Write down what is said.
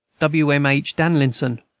wm. h. danilson,